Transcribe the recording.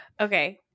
Okay